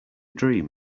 dream